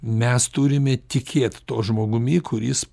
mes turime tikėt tuo žmogumi kuris